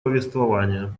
повествования